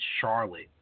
Charlotte